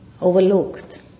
overlooked